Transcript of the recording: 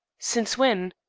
since when?